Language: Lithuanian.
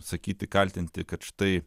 sakyti kaltinti kad štai